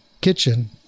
kitchen